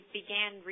began